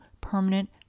permanent